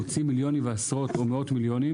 מוציאים עשרות או מאות מיליונים